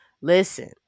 listen